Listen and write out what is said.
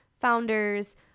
founders